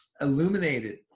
illuminated